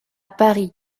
paris